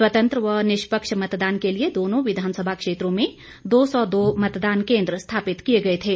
स्वतंत्र व निष्पक्ष मतदान के लिए दोनों विधानसभा क्षेत्रों में दो सौ दो मतदान केंद्र स्थापित किए गए थे